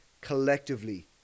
collectively